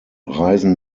reisen